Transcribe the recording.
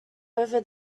over